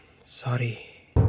sorry